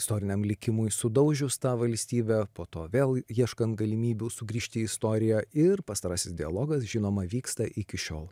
istoriniam likimui sudaužius tą valstybę po to vėl ieškant galimybių sugrįžti į istoriją ir pastarasis dialogas žinoma vyksta iki šiol